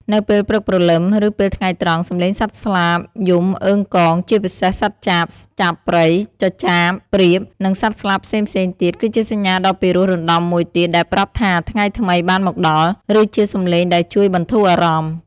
នៅពេលព្រឹកព្រលឹម ឬពេលថ្ងៃត្រង់ សំឡេងសត្វស្លាបយំអឺងកង ជាពិសេសសត្វចាប ចាបព្រៃ ចចាប ព្រាប និងសត្វស្លាបផ្សេងៗទៀត គឺជាសញ្ញាដ៏ពិរោះរណ្ដំមួយទៀតដែលប្រាប់ថាថ្ងៃថ្មីបានមកដល់ ឬជាសំឡេងដែលជួយបន្ធូរអារម្មណ៍។